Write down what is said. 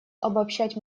обобщать